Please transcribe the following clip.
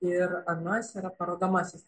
ir anas yra parodomasis